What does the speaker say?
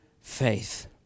faith